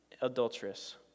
adulteress